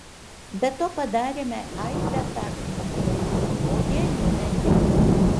be to padarėme aibę taktinių klaidų o jie įmetė